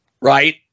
right